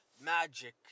Magic